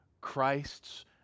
Christ's